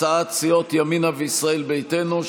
הצעת סיעות ימינה וישראל ביתנו,